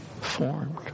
formed